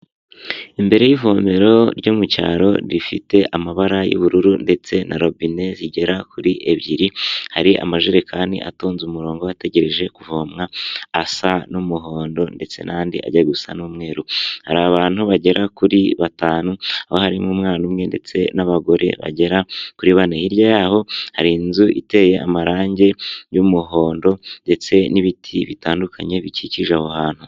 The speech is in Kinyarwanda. Imbere y'ivomero ryo mu cyaro rifite amabara y'ubururu ndetse na robine zigera kuri ebyiri, hari amajerekani atonze umurongo ategereje kuvomwa, asa n'umuhondo ndetse n'andi ajya gusa n'umweru, hari abantu bagera kuri batanu aho harimo umwana umwe ndetse n'abagore bagera kuri bane, hirya yaho hari inzu iteye amarangi y'umuhondo ndetse n'ibiti bitandukanye bikikije aho hantu.